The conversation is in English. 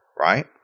right